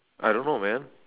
I don't know man